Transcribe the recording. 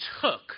took